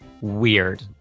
weird